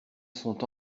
sont